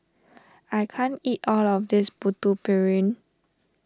I can't eat all of this Putu Piring